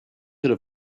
could